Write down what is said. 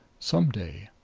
some day.